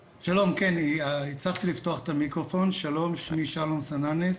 שלום, שמי שלום סננס.